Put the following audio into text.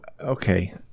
okay